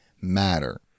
matter